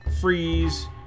freeze